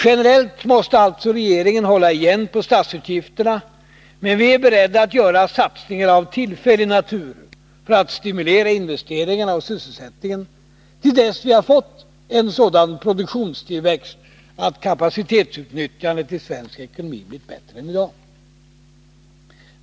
Generellt måste regeringen alltså hålla igen på statsutgifterna, men vi är beredda att göra satsningar av tillfällig natur för att stimulera investeringarna och sysselsättningen till dess att vi fått en sådan produktionstillväxt att kapacitetsutnyttjandet i svensk ekonomi blivit bättre än i dag.